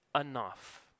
enough